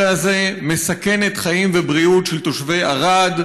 הזה מסכנת חיים ובריאות של תושבי ערד,